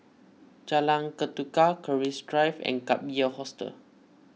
Jalan Ketuka Keris Drive and Gap Year Hostel